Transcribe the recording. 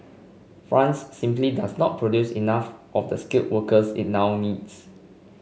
France simply does not produce enough of the skilled workers it now needs